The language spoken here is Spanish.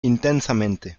intensamente